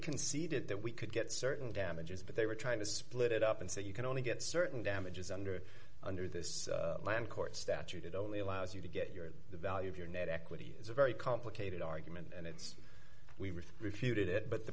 conceded that we could get certain damages but they were trying to split it up and say you can only get certain damages under under this land court statute it only allows you to get your the value of your net equity is a very complicated argument and it's we refer refuted it but the